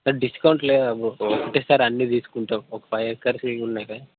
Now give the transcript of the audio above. సరే డిస్కౌంట్ లేదా బ్రో ఒకటేసారి అన్నీ తీసుకుంటాం ఒక ఫైవ్ ఎకర్స్వి ఉన్నాయిగా న్నీ తీసుకుంటాం ఒక ఫైవ్ ఎకర్స్వి ఉన్నాయిగా